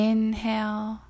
Inhale